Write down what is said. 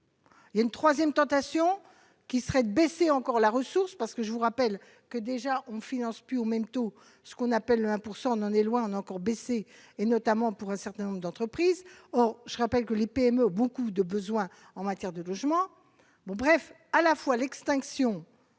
Il y a une 3ème tentation qui serait de baisser encore la ressource parce que je vous rappelle que déjà on finance plus au même taux, ce qu'on appelle le 1 pourcent on en est loin encore baisser et notamment pour un certain nombre d'entreprises, or je rappelle que les PME, beaucoup de besoins en matière de logement bon bref, à la fois l'extinction